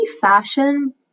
fashion